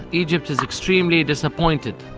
egypt is extremely disappointed